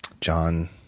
John